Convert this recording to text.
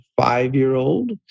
five-year-old